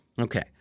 Okay